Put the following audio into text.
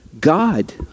God